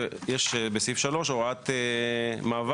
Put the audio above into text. ויש בסעיף 3 הוראת מעבר,